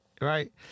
Right